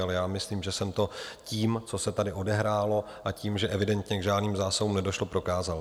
Ale já myslím, že jsem to tím, co se tady odehrálo a tím, že evidentně k žádným zásahům nedošlo, prokázal.